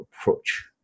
approach